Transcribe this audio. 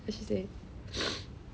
then she said